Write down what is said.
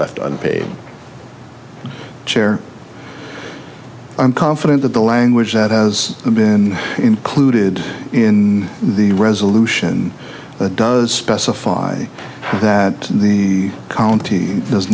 left unpaid chair i'm confident that the language that has been included in the resolution does specify that the county does